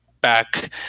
back